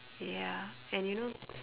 ya and you know